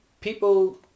people